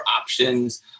options